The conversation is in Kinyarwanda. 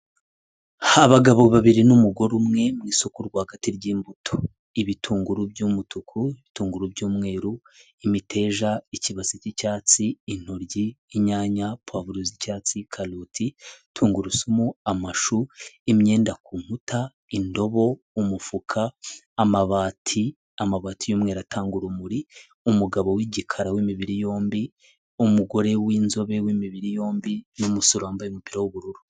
Abagabo babiri n'umugore umwe mu isoko rwagati ry'imbuto, ibitunguru by'umutuku, bitunguru by'umweru, imiteja ikibasi cy'icyatsi, intoryi, inyanya, pavuro z'icyatsi, karoti, tungurusumu, amashu, imyenda ku nkuta, indobo, umufuka, amabati, amabati y'mweru atanga urumuri umugabo w'igikara w'imibiri yombi, umugore w'inzobe w'imibiri yombi n'umusore wambaye umupira w'ubururu.